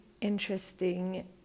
interesting